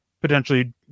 potentially